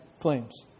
claims